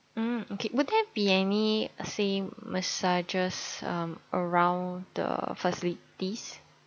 mm okay would there be any say massages um around the facilities